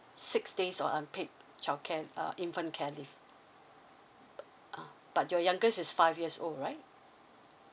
six days of unpaid childcare uh infant care leave ah but your youngest is five years old right